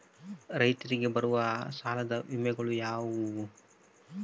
ರೈತರಿಗೆ ಬರುವ ಸಾಲದ ವಿಮೆಗಳು ಯಾವುವು?